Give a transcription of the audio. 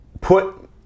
put